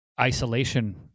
isolation